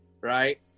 right